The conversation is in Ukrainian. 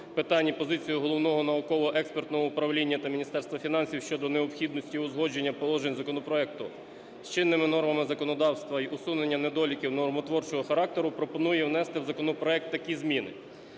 питань і позицію Головного науково-експертного управління та Міністерства фінансів щодо необхідності узгодження положень законопроекту з чинними нормами законодавства й усунення недоліків нормотворчого характеру, пропонує внести в законопроект такі зміни.